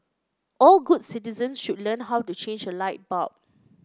all good citizens should learn how to change a light bulb